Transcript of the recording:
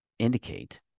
Indicate